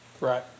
Right